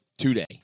today